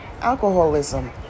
alcoholism